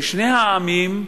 משני העמים,